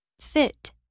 Fit